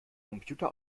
computer